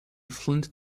flint